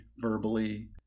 verbally